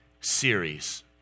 series